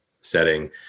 setting